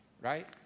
right